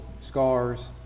scars